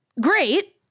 Great